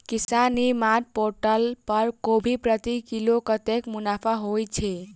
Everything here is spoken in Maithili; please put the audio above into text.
किसान ई मार्ट पोर्टल पर कोबी प्रति किलो कतै मुनाफा होइ छै?